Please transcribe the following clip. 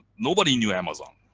nobody knew amazon,